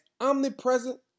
omnipresent